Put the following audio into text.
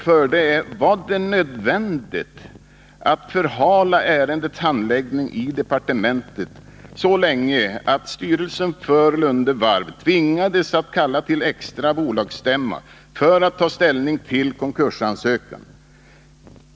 Var det nödvändigt att förhala ärendets handläggning i departementet så länge att styrelsen för Lunde Varv tvingades att kalla till extra bolagsstämma för att ta ställning till konkursansökan?